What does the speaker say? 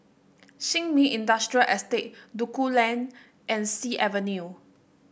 Sin Ming Industrial Estate Duku Lane and Sea Avenue